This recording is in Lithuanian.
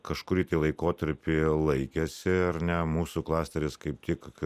kažkurį laikotarpį laikėsi ar ne mūsų klasteris kaip tik